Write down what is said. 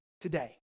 Today